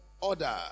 order